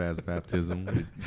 baptism